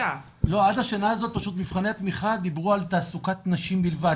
עד השנה הזו פשוט מבחני התמיכה דיברו על תעסוקת נשים בלבד,